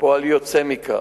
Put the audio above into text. כפועל יוצא מכך,